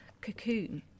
cocoon